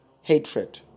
hatred